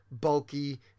bulky